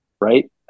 right